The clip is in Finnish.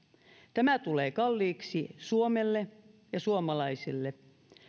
tämä tulee kalliiksi suomelle ja suomalaisille